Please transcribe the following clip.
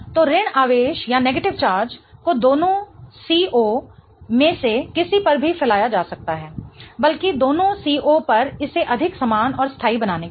तो ऋण आवेश को दोनों C O मैं से किसी पर भी फैलाया जा सकता है बल्कि दोनों C O पर इसे अधिक समान और स्थाई बनाने के लिए